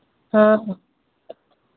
हाँ